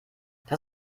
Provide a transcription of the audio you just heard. das